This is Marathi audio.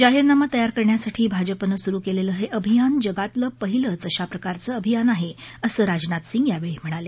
जाहीरनामा तयार करण्यासाठी भाजपनं सुरु केलेलं हे अभियान जगातलं पहिलंच अशाप्रकारचं अभियान आहे असं राजनाथ सिंह याची यावेळी म्हणाले